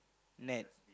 net